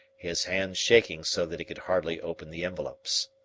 his hands shaking so that he could hardly open the envelopes.